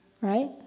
right